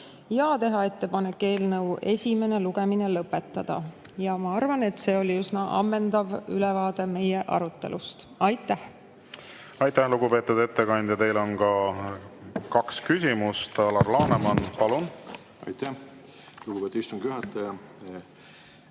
ja teha ettepanek eelnõu esimene lugemine lõpetada. Ma arvan, et see oli üsna ammendav ülevaade meie arutelust. Aitäh! Aitäh, lugupeetud ettekandja! Teile on ka kaks küsimust. Alar Laneman, palun! Aitäh, lugupeetud istungi juhataja!